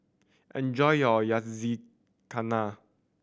enjoy your Yakizakana